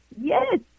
yes